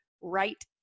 right